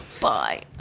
Bye